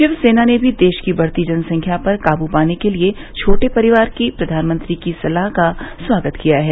शिवसेना ने भी देश की बढ़ती जनसंख्या पर काबू पाने के लिए छोटे परिवार की प्रधानमंत्री की सलाह का स्वागत किया है